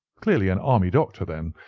clearly an army doctor, then.